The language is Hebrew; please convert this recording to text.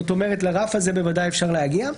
זאת אומרת, לרף הזה בוודאי אפשר להגיע.